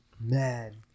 man